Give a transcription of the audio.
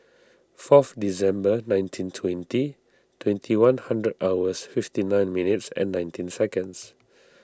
fourth December nineteen twenty twenty one hundred hours fifty nine minutes and nineteen seconds